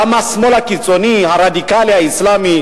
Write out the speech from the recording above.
גם השמאל הקיצוני הרדיקלי האסלאמי,